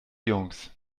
jungs